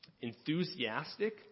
enthusiastic